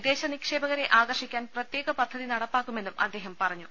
വിദേശ നിക്ഷേപകരെ ആകർഷിക്കാൻ പ്രത്യേക പദ്ധതി നടപ്പാക്കുമെന്നും അദ്ദേഹം പറഞ്ഞു